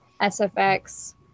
SFX